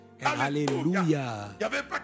Hallelujah